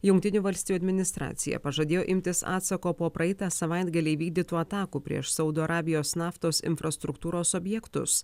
jungtinių valstijų administracija pažadėjo imtis atsako po praeitą savaitgalį įvykdytų atakų prieš saudo arabijos naftos infrastruktūros objektus